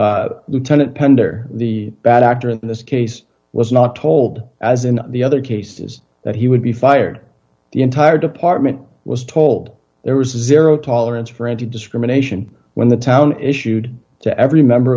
pender the bad actor in this case was not told as in the other cases that he would be fired the entire department was told there was zero tolerance for any discrimination when the town issued to every member